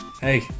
Hey